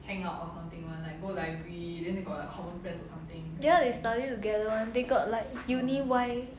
ya they study together [one] they got like uni Y